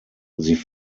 sie